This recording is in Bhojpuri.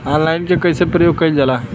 ऑनलाइन के कइसे प्रयोग कइल जाला?